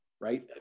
right